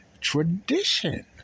Tradition